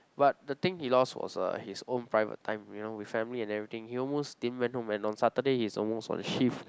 but the thing he lost was uh his own private time you know with family and everything he almost didn't went home and on Saturday he's almost on shift